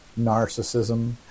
narcissism